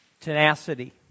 tenacity